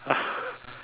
ah